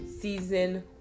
season